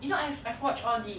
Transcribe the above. you know I've I've watch all the